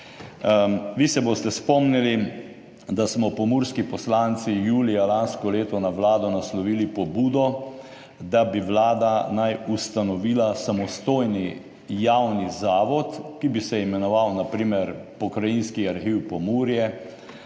Vi se boste spomnili, da smo pomurski poslanci julija lansko leto na Vlado naslovili pobudo, da bi Vlada ustanovila samostojni javni zavod, ki bi se imenoval na primer pokrajinski arhiv Pomurje.